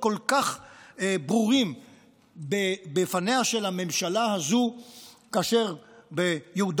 כל כך ברורות בפניה של הממשלה הזו כאשר ביהודה